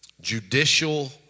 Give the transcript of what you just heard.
Judicial